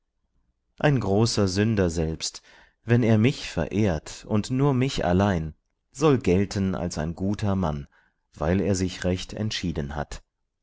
ein großer sünder selbst wenn er mich verehrt und nur mich allein soll gelten als ein guter mann weil er sich recht entschieden hat